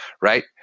right